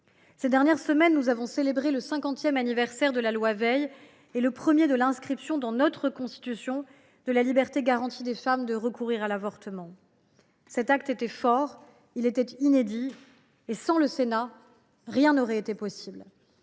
Ces dernières semaines, nous avons célébré le cinquantième anniversaire de la loi Veil et le premier anniversaire de l’inscription, dans notre Constitution, de la liberté garantie des femmes de recourir à l’avortement. Cet acte était fort ; il était inédit. Et sans le Sénat, rien n’aurait été possible.